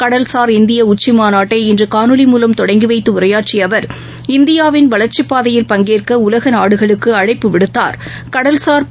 கடல்சார் இந்தியஉச்சிமாநாட்டை இன்றுகாணொலி மூலம் தொடங்கிவைத்துஉரையாற்றியஅவர் இந்தியாவின் வளர்ச்சிப்பாதையில் பங்கேற்கஉலகநாடுகளுக்குஅழைப்பு விடுத்தாா்